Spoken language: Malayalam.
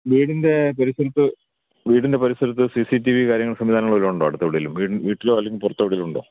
വീടിൻ്റെ പരിസരത്ത് വീടിന്റെ പരിസരത്ത് സീസീറ്റീവീ കാര്യങ്ങൾ സംവിധാനങ്ങൾ വല്ലതുമുണ്ടോ അടുത്ത് എവിടെയേലും വീട്ടിലോ അല്ലെങ്കിൽ പുറത്ത് എവിടേ എങ്കിലുമുണ്ടോ